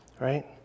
right